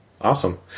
Awesome